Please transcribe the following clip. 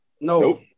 No